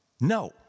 No